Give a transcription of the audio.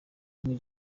king